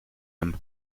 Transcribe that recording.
him